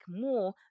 more